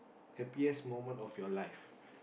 happiest moment of your life